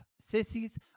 Sissies